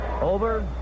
over